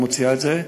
היא מוציאה את זה,